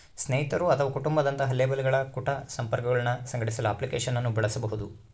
ಸ್ನೇಹಿತರು ಅಥವಾ ಕುಟುಂಬ ದಂತಹ ಲೇಬಲ್ಗಳ ಕುಟ ಸಂಪರ್ಕಗುಳ್ನ ಸಂಘಟಿಸಲು ಅಪ್ಲಿಕೇಶನ್ ಅನ್ನು ಬಳಸಬಹುದು